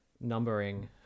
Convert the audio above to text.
numbering